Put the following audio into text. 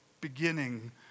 beginning